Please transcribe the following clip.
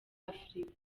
afurika